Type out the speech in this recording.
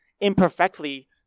imperfectly